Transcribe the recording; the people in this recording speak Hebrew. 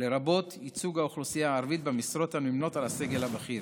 לרבות ייצוג האוכלוסייה הערבית במשרות הנמנות עם הסגל הבכיר,